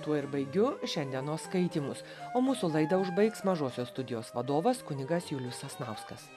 tuo ir baigiu šiandienos skaitymus o mūsų laidą užbaigs mažosios studijos vadovas kunigas julius sasnauskas